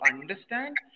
understand